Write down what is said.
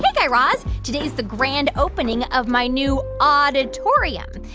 yeah guy raz. today's the grand opening of my new odditorium.